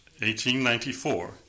1894